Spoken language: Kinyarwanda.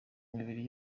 imibiri